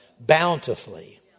bountifully